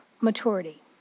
maturity